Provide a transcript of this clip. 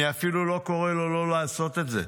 אני אפילו לא קורא לו לא לעשות את זה.